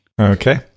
Okay